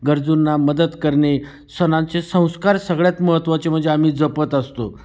गरजूंना मदत करणे सणांचे संस्कार सगळ्यात महत्त्वाचे म्हणजे आम्ही जपत असतो